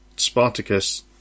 Spartacus